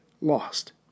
lost